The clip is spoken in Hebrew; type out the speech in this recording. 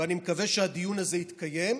ואני מקווה שהדיון הזה יתקיים,